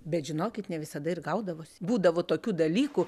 bet žinokit ne visada ir gaudavosi būdavo tokių dalykų